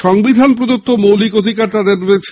সংবিধান প্রদত্ত মৌলিক অধিকার তাদের রয়েছে